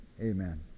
amen